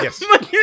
Yes